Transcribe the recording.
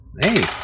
Hey